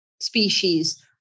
species